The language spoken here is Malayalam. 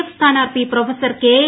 എഫ് സ്ഥാനാർഥി പ്രൊഫസർ കെ ഐ